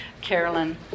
Carolyn